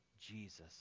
Jesus